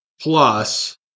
plus